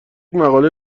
مقاله